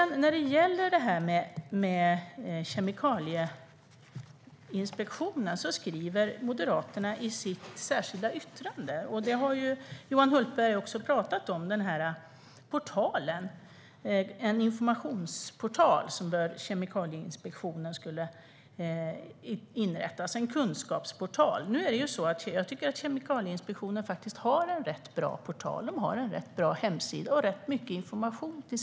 När det gäller Kemikalieinspektionen skriver Moderaterna i sitt särskilda yttrande att Kemikalieinspektionen borde inrätta en informationsportal, alltså en kunskapsportal. Jag tycker att Kemikalieinspektionen har en rätt bra portal. De har en rätt bra hemsida med rätt mycket information.